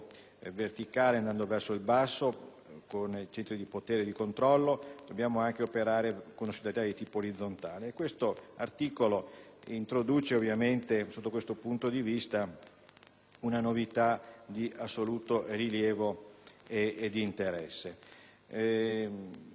con il centro di potere e di controllo, dobbiamo operare con una sussidiarietà di tipo orizzontale. Questo articolo introduce, sotto questo punto di vista, una novità di assoluto rilievo ed interesse. Ci sono anche